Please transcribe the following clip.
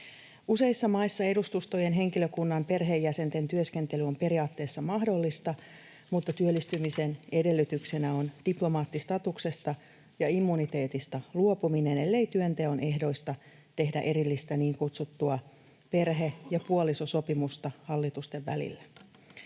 Useissa maissa edustustojen henkilökunnan perheenjäsenten työskentely on periaatteessa mahdollista, mutta työllistymisen edellytyksenä on diplomaattistatuksesta ja immuniteetista luopuminen, ellei työnteon ehdoista tehdä erillistä, niin kutsuttua perhe- ja puolisosopimusta hallitusten välillä.